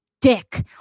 dick